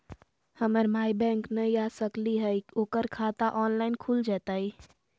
हमर माई बैंक नई आ सकली हई, ओकर खाता ऑनलाइन खुल जयतई?